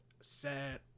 sad